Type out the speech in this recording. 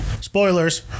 spoilers